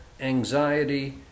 anxiety